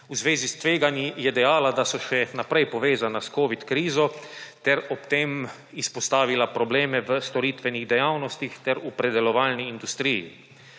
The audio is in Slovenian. V zvezi s tveganji je dejala, da so še naprej povezana s covid krizo, ter ob tem izpostavila probleme v storitvenih dejavnostih ter v predelovalni industriji.